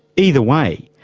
either way,